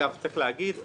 צריך להגיד,